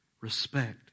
respect